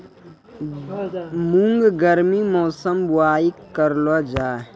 मूंग गर्मी मौसम बुवाई करलो जा?